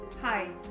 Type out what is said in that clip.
Hi